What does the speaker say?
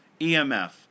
EMF